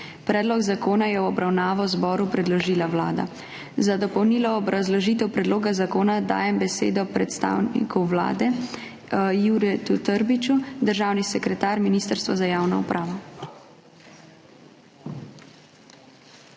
Predlog zakona je v obravnavo zboru predložila Vlada. Za dopolnilno obrazložitev predloga zakona dajem besedo predstavniku Vlade, državnemu sekretarju na Ministrstvu za javno upravo,